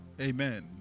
Amen